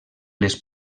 les